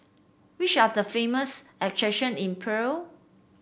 which are the famous attraction in Praia